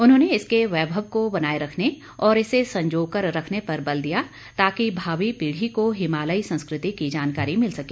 उन्होंने इसके वैभव को बनाए रखने और इसे संजोकर रखने पर बल दिया ताकि भावी पीढ़ी को हिमालयी संस्कृति की जानकारी मिल सके